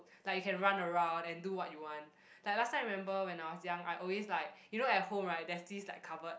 like you can run around and do what you want like last time I remember when I was young I always like you know at home right there's this like cupboard